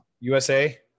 USA